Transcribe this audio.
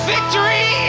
Victory